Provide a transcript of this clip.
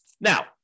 Now